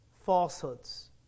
falsehoods